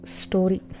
story